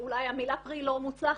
אולי המילה "פרי" היא לא מוצלחת,